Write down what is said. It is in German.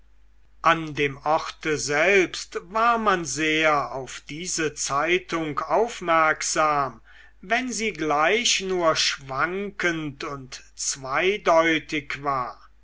an dem orte selbst war man sehr auf diese zeitung aufmerksam wenn sie gleich nur schwankend und zweideutig war